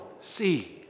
see